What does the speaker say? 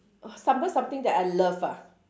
stumble something that I love ah